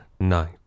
night